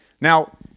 Now